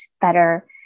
better